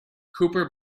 cooper